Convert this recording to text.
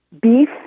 beef